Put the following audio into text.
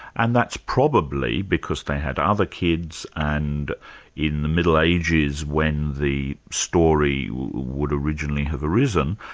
and that's probably because they had other kids and in the middle ages when the story would originally have arisen,